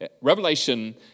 Revelation